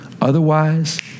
Otherwise